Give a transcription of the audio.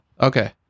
okay